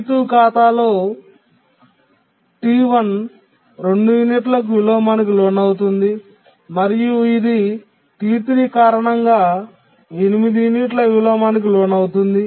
T2 ఖాతాలో T1 2 యూనిట్లకు విలోమానికి లోనవుతుంది మరియు ఇది T3 కారణంగా 8 యూనిట్ల విలోమానికి లోనవుతుంది